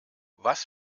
was